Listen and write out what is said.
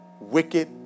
wicked